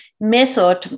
method